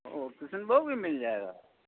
او کشن بھوگ بھی مل جائے گا